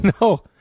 No